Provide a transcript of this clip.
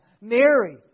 Mary